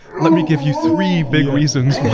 let me give you three big reasons.